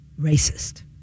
racist